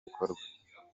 bikorwa